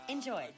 Enjoy